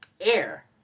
air